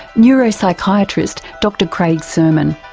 neuropsychiatrist dr craig surman.